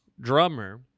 Drummer